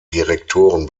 direktoren